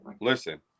Listen